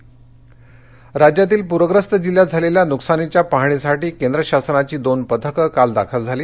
परग्रस्त पाहणी राज्यातील प्रग्रस्त जिल्ह्यात झालेल्या नुकसानीच्या पाहणीसाठी केंद्र शासनाची दोन पथकं काल दाखल झाली